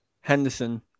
Henderson